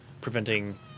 preventing